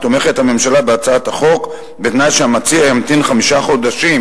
הממשלה תומכת בהצעת החוק בתנאי שהמציע ימתין חמישה חודשים